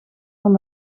van